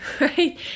right